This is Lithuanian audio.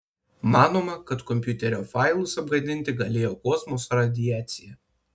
manoma kad kompiuterio failus apgadinti galėjo kosmoso radiacija